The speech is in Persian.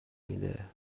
میده